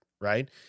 Right